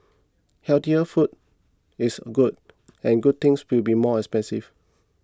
healthier food is good and good things will be more expensive